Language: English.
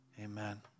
amen